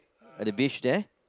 at the beach there